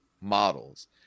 models